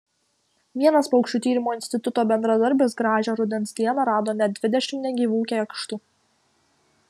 vienas paukščių tyrimo instituto bendradarbis gražią rudens dieną rado net dvidešimt negyvų kėkštų